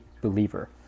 believer